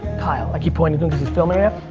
kyle, i keep pointing at him cause he's filming it,